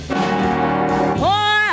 Poor